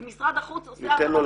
כי משרד החוץ עושה --- לחינוך.